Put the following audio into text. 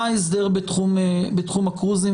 מה ההסדר בתחום ה-קרוזים?